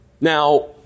Now